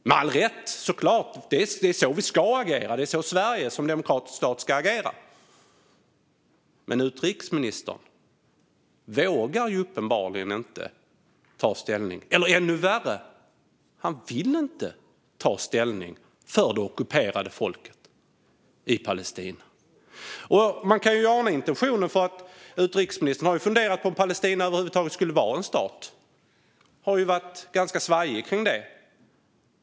Med all rätt såklart - det är så Sverige som demokratisk stat ska agera. Men utrikesministern vågar uppenbarligen inte ta ställning, eller ännu värre, han vill inte ta ställning, för det ockuperade folket i Palestina. Man kan ju ana intentionen. Utrikesministern har ju funderat på om Palestina över huvud taget skulle vara en stat och har varit ganska svajig kring det.